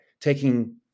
taking